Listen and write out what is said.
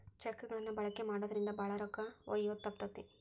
check ಗಳನ್ನ ಬಳಕೆ ಮಾಡೋದ್ರಿಂದ ಭಾಳ ರೊಕ್ಕ ಒಯ್ಯೋದ ತಪ್ತತಿ